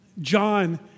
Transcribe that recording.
John